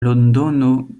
londono